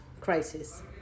crisis